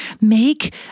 make